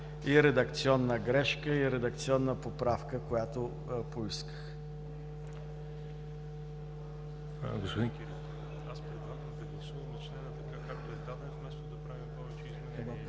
и редакционна грешка, и редакционна поправка, която поисках.